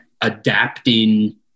adapting